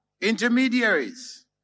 intermediaries